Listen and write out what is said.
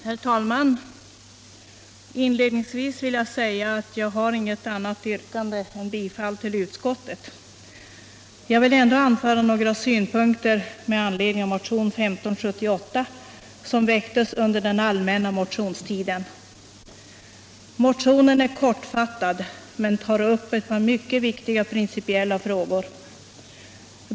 Herr talman! Inledningsvis vill jag säga att jag inte har något annat yrkande än bifall till utskottets hemställan. Jag vill ändå anföra några synpunkter med anledning av motionen 1578, som väcktes under den allmänna motionstiden. Motionen är kortfattad men tar upp ett par mycket viktiga principiella frågor.